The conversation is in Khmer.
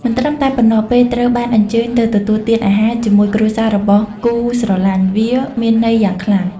មិនត្រឹមតែប៉ុណ្ណោះ ពេលត្រូវបានអញ្ជើញទៅទទួលទានអាហារជាមួយគ្រួសាររបស់គូស្រលាញ់ វាមានន័យយ៉ាងខ្លាំង។